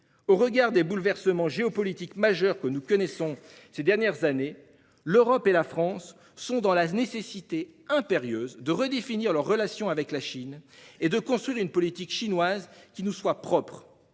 Au regard des bouleversements géopolitiques majeurs que nous connaissons ces dernières années, l'Europe et la France sont dans la nécessité impérieuse de redéfinir leurs relations avec la Chine et de construire une politique chinoise qui nous soit propre.